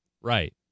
Right